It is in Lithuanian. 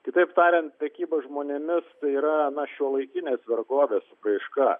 kitaip tariant prekyba žmonėmis tai yra šiuolaikinės vergovės raiška